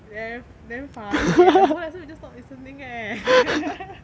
damn damn funny eh the whole lesson we just not listening eh